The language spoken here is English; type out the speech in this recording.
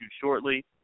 shortly